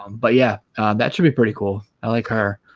um but yeah that should be pretty cool i like her